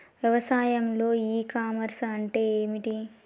వ్యవసాయంలో e commerce అంటే ఏమిటి?